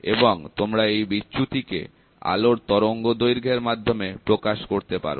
এবং তোমরা এই বিচ্যুতি কে আলোর তরঙ্গ দৈর্ঘ্যের মাধ্যমে প্রকাশ করতে পারো